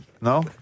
No